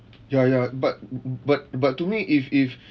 ya ya but but but to me if if